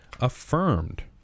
affirmed